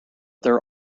their